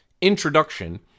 introduction